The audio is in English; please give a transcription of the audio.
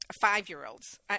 five-year-olds